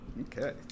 Okay